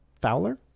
Fowler